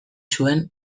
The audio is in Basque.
zuen